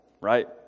right